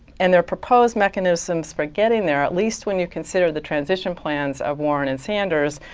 and their proposed mechanisms for getting there, at least when you consider the transition plans of warren and sanders,